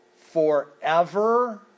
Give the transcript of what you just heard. forever